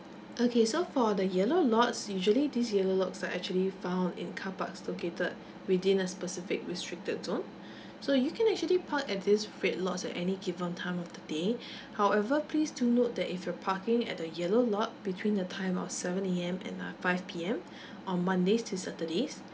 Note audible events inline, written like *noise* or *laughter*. okay so for the yellow lots usually these yellow lots are actually found in car parks located within a specific restricted zone so you can actually park at these red lots at any given time of the day *breath* however please do note that if you're parking at the yellow lot between the time of seven A_M and uh five P_M on mondays to saturdays